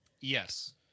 Yes